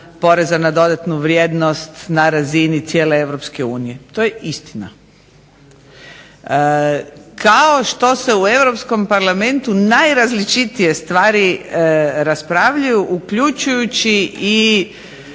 na dodatnu vrijednost na razini cijele Europske unije. To je istina. Kao što se u Europskom parlamentu najrazličitije stvari raspravljaju uključujući i